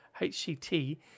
HCT